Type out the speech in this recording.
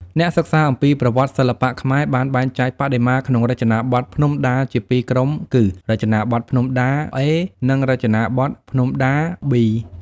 អ្នកសិក្សាអំពីប្រវត្តិសិល្បៈខ្មែរបានបែងចែកបដិមាក្នុងរចនាបថភ្នំដាជាពីរក្រុមគឺ រចនាបថភ្នំដា-A និង រចនាបថភ្នំដា-B។